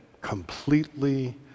completely